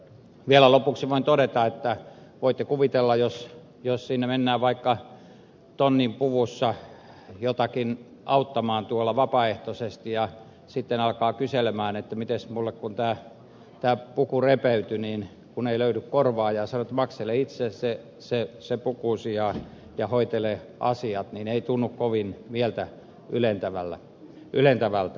vielä lopuksi voin todeta että voitte kuvitella että jos menee vaikka tonnin puvussa jotakuta auttamaan vapaaehtoisesti ja sitten alkaa kysellä mitenkäs korvataan minulle kun tämä puku repeytyi ei löydy korvaajaa ja sanotaan että maksele itse se pukusi ja hoitele asiat niin ei tunnu kovin mieltä ylentävältä